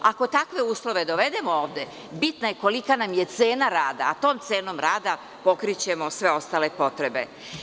Ako takve uslove dovedemo ovde, bitna je kolika nam je cena rada, a tom cenom rada pokrićemo sve ostale potrebe.